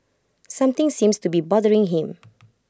something seems to be bothering him